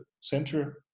center